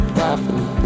laughing